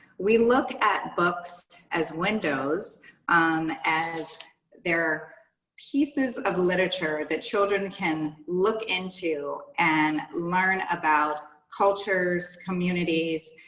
we look at books as windows um as they're pieces of literature that children can look into and learn about cultures, communities,